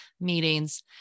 meetings